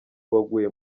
waguye